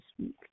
speak